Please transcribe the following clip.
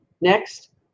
Next